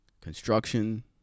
Construction